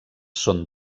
són